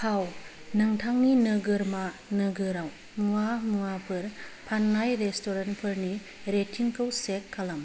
फाव नोंथांनि नोगोरमा नोगोरआव मुवा मुवाफोर फाननाय रेस्टुरेन्टफोरनि रेटिंखौ चेक खालाम